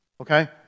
Okay